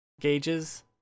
gauges